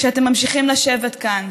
כשאתם ממשיכים לשבת כאן?